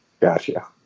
Gotcha